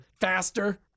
Faster